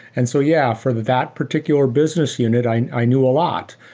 and so yeah, for that particular business unit, i knew a lot.